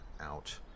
out